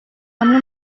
hamwe